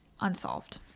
unsolved